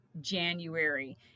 January